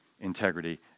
integrity